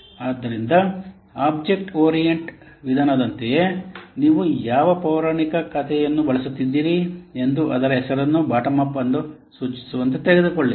ಆದ್ದರಿಂದ object oriented ವಿಧಾನದಂತೆಯೇ ನೀವು ಯಾವ ಪೌರಾಣಿಕ ಕಥೆಯನ್ನು ಬಳಸುತ್ತಿದ್ದೀರಿ ಎಂದು ಅದರ ಹೆಸರನ್ನು ಬಾಟಮ್ ಅಪ್ ಅಂದಾಜು ಸೂಚಿಸುವಂತೆ ತೆಗೆದುಕೊಳ್ಳಿ